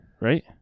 Right